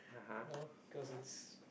you know cause it's